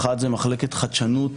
אחת זו מחלקת חדשנות